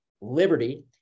Liberty